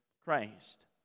Christ